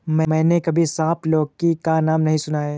मैंने कभी सांप लौकी का नाम नहीं सुना है